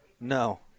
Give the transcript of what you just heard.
No